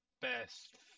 best